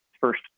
first